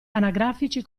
anagrafici